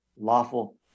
lawful